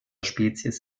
spezies